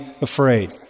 afraid